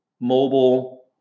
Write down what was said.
mobile